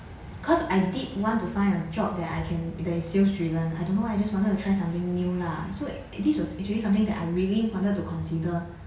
cause I did want to find a job that I can that is sales driven I don't know I just wanted to try something new lah so this was actually something that I really wanted to consider